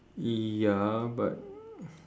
ya but